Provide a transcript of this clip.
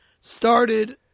started